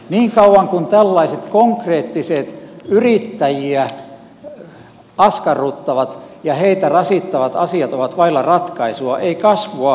niin kauan kuin tällaiset konkreettiset yrittäjiä askarruttavat ja heitä rasittavat asiat ovat vailla ratkaisua ei kasvua tule